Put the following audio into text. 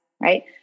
right